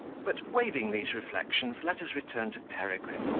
but, waiving these reflections, let us return to peregrine,